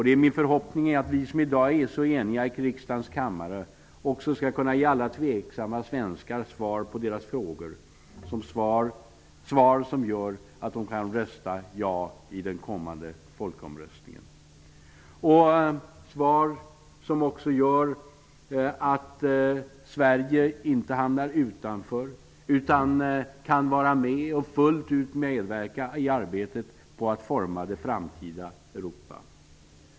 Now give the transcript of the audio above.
Det är min förhoppning att vi som i dag är så eniga i denna kammare också skall kunna ge alla tvekande svenskar svar på deras frågor, svar som gör att de kan rösta ja i den kommande folkomröstningen, svar som gör att Sverige inte hamnar utanför utan kan vara med och fullt ut medverka i arbetet på att forma det framtida Europa.